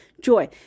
joy